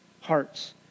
hearts